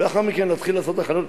ולאחר מכן להתחיל לעשות הכנות,